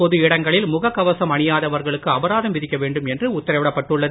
பொது இடங்களில் முகக் கவசம் அணியாதவர்களுக்கு அபராதம் விதிக்க வேண்டும் என்று உத்தரவிடப்பட்டுள்ளது